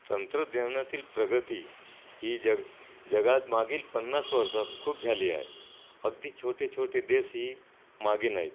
तंत्रज्ञानातील प्रगती ही जग जगात मागील पन्नास वर्षात खूप झाली आहे अगदी छोटे छोटे देशही मागे नाही